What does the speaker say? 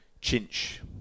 Chinch